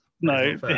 no